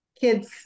kids